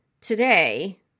Today